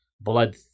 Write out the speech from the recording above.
blood